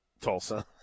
Tulsa